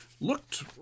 looked